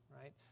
right